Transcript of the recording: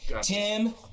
Tim